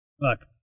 Look